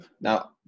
now